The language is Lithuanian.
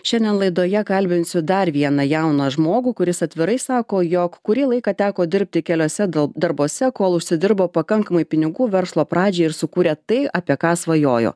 šiandien laidoje kalbinsiu dar vieną jauną žmogų kuris atvirai sako jog kurį laiką teko dirbti keliuose darbuose kol užsidirbo pakankamai pinigų verslo pradžiai ir sukūrė tai apie ką svajojo